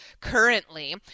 currently